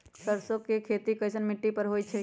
सरसों के खेती कैसन मिट्टी पर होई छाई?